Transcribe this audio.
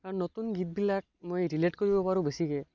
কাৰণ নতুন গীতবিলাক মই ৰিলেট কৰিব পাৰোঁ বেছিকৈ